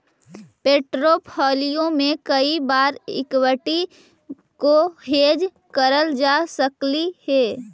portfolio में कई बार एक्विटी को हेज करल जा सकलई हे